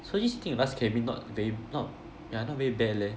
so sitting at last cabin not very not ya not very bad leh